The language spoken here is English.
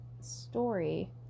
story